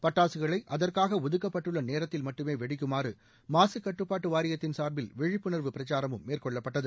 பட்டாசுகளை அதற்காக ஒதுக்கப்பட்டுள்ள நேரத்தில் மட்டும் வெடிக்குமாறு மாக கட்டுப்பாட்டு வாரியத்தின் சார்பில் விழிப்புணர்வு பிரச்சாரமும் மேற்கொள்ளப்பட்டது